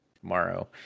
tomorrow